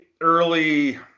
early